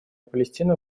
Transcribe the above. палестина